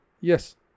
Yes